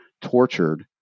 tortured